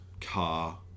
car